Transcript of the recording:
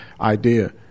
idea